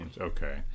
Okay